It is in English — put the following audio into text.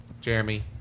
Jeremy